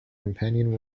companion